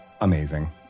amazing